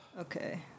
Okay